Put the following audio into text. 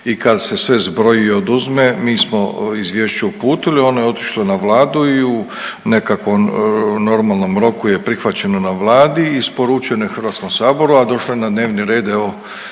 i kad se sve zbroji i oduzme mi smo izvješće uputili, ono je otišlo na Vladu i u nekakvom normalnom roku je prihvaćeno na Vladi i isporučeno je Hrvatskom saboru, a došlo je na dnevni red evo